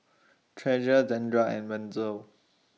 Treasure Zandra and Wenzel